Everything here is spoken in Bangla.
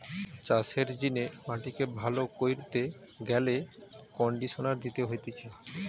চাষের জিনে মাটিকে ভালো কইরতে গেলে কন্ডিশনার দিতে হতিছে